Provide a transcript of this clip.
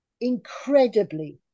incredibly